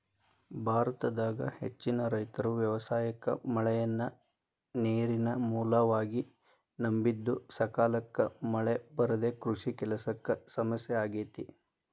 ಭಾರತದಾಗ ಹೆಚ್ಚಿನ ರೈತರು ವ್ಯವಸಾಯಕ್ಕ ಮಳೆಯನ್ನ ನೇರಿನ ಮೂಲವಾಗಿ ನಂಬಿದ್ದುಸಕಾಲಕ್ಕ ಮಳೆ ಬರದೇ ಕೃಷಿ ಕೆಲಸಕ್ಕ ಸಮಸ್ಯೆ ಆಗೇತಿ